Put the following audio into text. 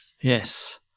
Yes